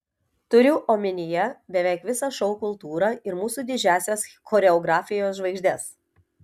turiu omenyje beveik visą šou kultūrą ir mūsų didžiąsias choreografijos žvaigždes